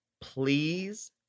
Please